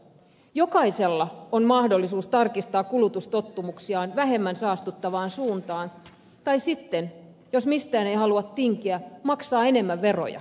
jokaisella on mahdollisuus tarkistaa kulutustottumuksiaan vähemmän saastuttavaan suuntaan tai sitten jos mistään ei halua tinkiä maksaa enemmän veroja